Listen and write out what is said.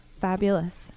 Fabulous